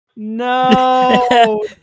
No